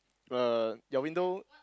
uh your window